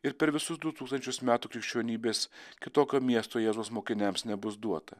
ir per visus du tūkstančius metų krikščionybės kitokio miesto jėzaus mokiniams nebus duota